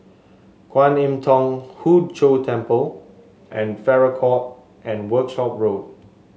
Kwan Im Thong Hood Cho Temple and Farrer Court and Workshop Road